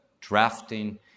drafting